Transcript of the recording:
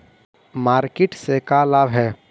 Market से का लाभ है?